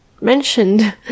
mentioned